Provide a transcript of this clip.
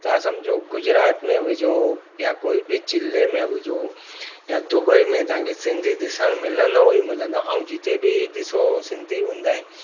तव्हां समुझो गुजरात में विझो या कोई बि ज़िले में विझो या दुबई में तव्हांखे सिंधी ॾिसणु मिलंदव ई मिलंदव ऐं जिते बि ॾिसो सिंधी हूंदा आहिनि